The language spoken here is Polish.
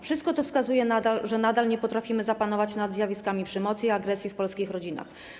Wszystko wskazuje na to, że nadal nie potrafimy zapanować nad zjawiskami przemocy i agresji w polskich rodzinach.